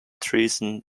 treason